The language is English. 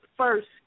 First